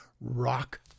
rock